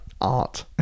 Art